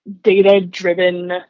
data-driven